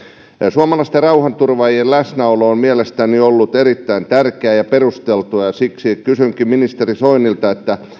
suomalaisten rauhanturvaajien läsnäolo on mielestäni ollut erittäin tärkeää ja perusteltua ja siksi kysynkin ministeri soinilta